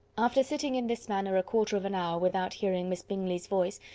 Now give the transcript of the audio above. after sitting in this manner a quarter of an hour without hearing miss bingley's voice,